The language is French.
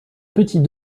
petit